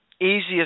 easiest